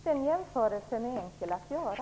Den jämförelsen är enkel att göra.